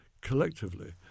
collectively